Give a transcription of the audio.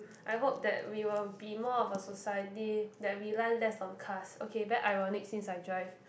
I hope that we will be more of a society that rely less on cars okay very ironic since I drive